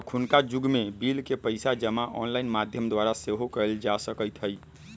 अखुन्का जुग में बिल के पइसा जमा ऑनलाइन माध्यम द्वारा सेहो कयल जा सकइत हइ